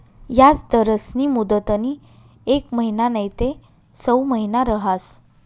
याजदरस्नी मुदतनी येक महिना नैते सऊ महिना रहास